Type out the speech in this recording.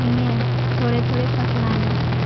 نہیں ہے تھوڑے تھوڑے فصلیں ہیں میرے پاس